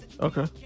Okay